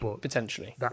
Potentially